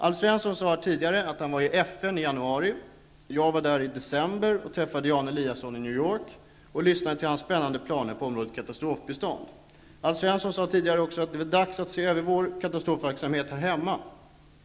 Alf Svensson sade här tidigare att han var i FN i januari. Jag var där i december och träffade Jan Eliasson i New York och lyssnade till hans spännande planer på området katastrofbistånd. Alf Svensson sade också att det är dags att se över vår katastrofverksamhet här hemma.